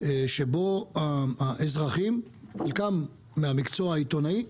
שבו האזרחים חלקם מהמקצוע העיתונאי,